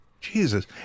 Jesus